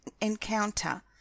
encounter